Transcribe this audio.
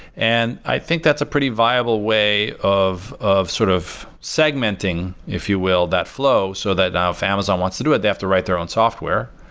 and i think that's a pretty viable way of of sort of segmenting, if you will, that flow, so that if amazon wants to do it, they have to write their own software,